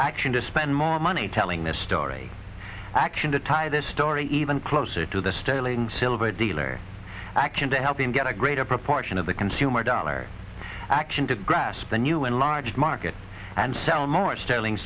action to spend more money telling the story action to tie this story even closer to the sterling silver dealer action to help him get a greater proportion of the consumer dollar action to grasp the new and large market and sell more sterling